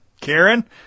Karen